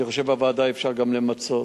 אני חושב שבוועדה אפשר גם למצות,